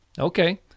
Okay